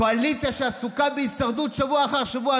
קואליציה שעסוקה בהישרדות שבוע אחר שבוע,